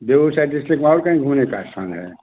Begusarai district में और कहीं घूमने का स्थान है